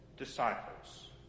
disciples